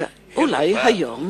אולי היום